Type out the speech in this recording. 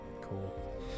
Cool